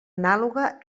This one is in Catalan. anàloga